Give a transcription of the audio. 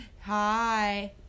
hi